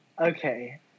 Okay